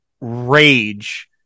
rage